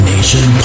Nation